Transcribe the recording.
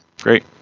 Great